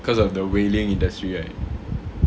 because of the whaling industry right